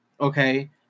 Okay